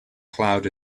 cloud